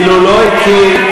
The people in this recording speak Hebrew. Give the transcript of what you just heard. אילו לא הקים,